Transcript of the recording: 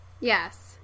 yes